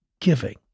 giving